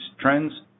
trends